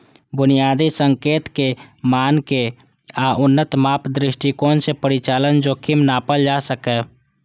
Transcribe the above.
बुनियादी संकेतक, मानक आ उन्नत माप दृष्टिकोण सं परिचालन जोखिम नापल जा सकैए